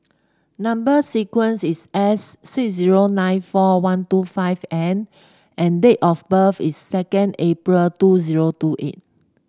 number sequence is S six zero nine four one two five N and date of birth is second April two zero two eight